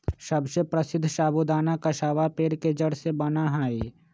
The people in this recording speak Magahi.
सबसे प्रसीद्ध साबूदाना कसावा पेड़ के जड़ से बना हई